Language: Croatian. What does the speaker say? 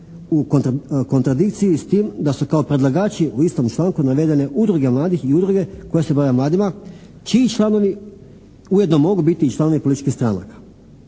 u kontradikciji s tim da su kao predlagači u istom članku navedene udruge mladih i udruge koje se bave mladima čiji članovi ujedno mogu biti i članovi političkih stranaka.